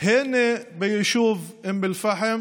הן ביישוב אום אל-פחם